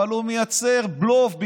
אבל הוא מייצר בלוף,